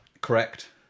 Correct